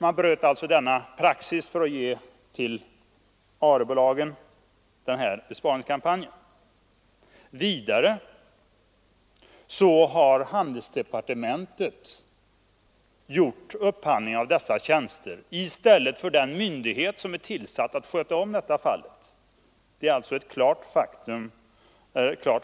Man bröt alltså mot denna praxis för att ge ARE-bolagen besparingskam panjen. Vidare har handelsdepartementet ombesörjt upphandlingen av dessa tjänster i stället för den myndighet som är tillsatt för att sköta sådant. Det är alltså ett klart